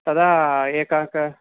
तदा एका